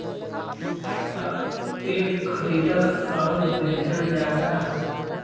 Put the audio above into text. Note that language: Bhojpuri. स्टॉक के खरीदल आउर बेचल जाला